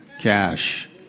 Cash